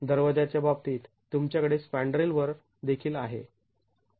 दरवाजाच्या बाबतीत तुमच्याकडे स्पॅन्ड्रेलवर देखील आहे